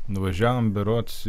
nuvažiavom berods